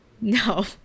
No